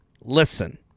Listen